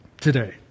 today